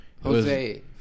Jose